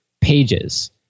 pages